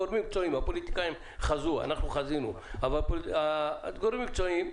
הפוליטיקאים חזו אנחנו חזינו אבל הגורמים המקצועיים לא.